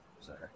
Sorry